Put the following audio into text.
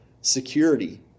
security